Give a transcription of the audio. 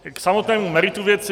K samotnému meritu věci.